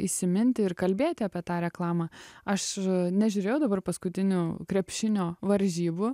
įsiminti ir kalbėti apie tą reklamą aš nežiūrėjau dabar paskutinių krepšinio varžybų